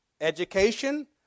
education